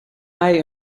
mij